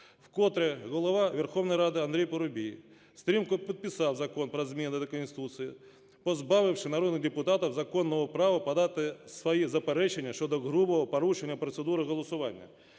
Вкотре голова Верховної Ради Андрій Парубій стрімко підписав Закон про зміни до Конституції, позбавивши народних депутатів законного права подати свої заперечення щодо грубого порушення процедури голосування.